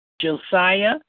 Josiah